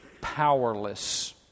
powerless